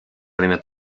rinne